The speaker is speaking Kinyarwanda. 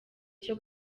cyo